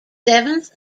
seventh